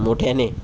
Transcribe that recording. मोठ्याने